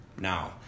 Now